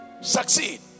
Succeed